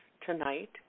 tonight